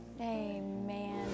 Amen